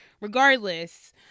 regardless